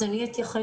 אז אני אתייחס.